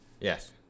Yes